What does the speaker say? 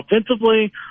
offensively